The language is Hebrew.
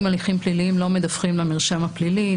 הליכים פליליים לא מדווחים למרשם הפלילי.